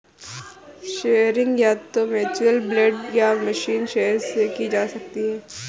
shearing या तो manual blade या मशीन शीयर से की जा सकती है